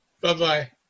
Bye-bye